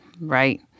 Right